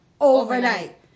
Overnight